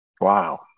Wow